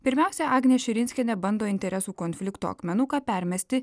pirmiausia agnė širinskienė bando interesų konflikto akmenuką permesti